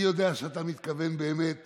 אני יודע שאתה מתכוון באמת